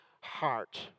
heart